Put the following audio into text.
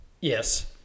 Yes